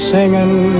Singing